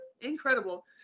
Incredible